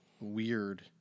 weird